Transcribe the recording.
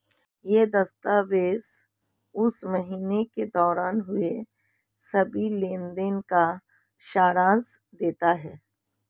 यह दस्तावेज़ उस महीने के दौरान हुए सभी लेन देन का सारांश देता है